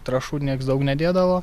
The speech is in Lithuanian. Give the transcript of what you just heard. trąšų nieks daug nedėdavo